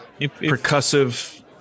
percussive